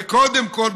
וקודם כול,